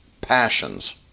passions